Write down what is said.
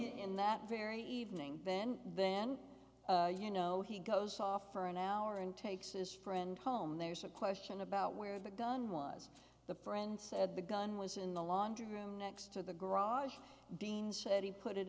in that very evening then then you know he goes off for an hour and takes is friend home there's a question about where the gun was the friend said the gun was in the laundry room next to the garage